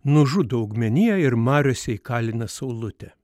nužudo augmeniją ir mariose įkalina saulutę